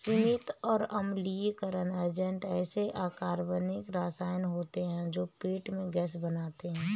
सीमित और अम्लीकरण एजेंट ऐसे अकार्बनिक रसायन होते हैं जो पेट में गैस बनाते हैं